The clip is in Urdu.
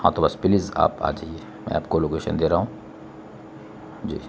ہاں تو بس پلیز آپ آ جائیے میں آپ کو لوکیشن دے رہا ہوں جی